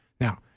Now